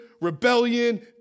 rebellion